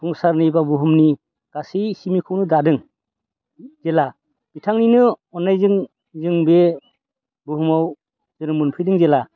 संसारनि बा बुहुमनि गासै सिमिखौनो दादों जेला बिथांनिनो अननायजों जों बे बुहुमाव जोनोम मोनफैदों जेला